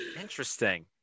Interesting